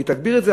היא תגביר את זה,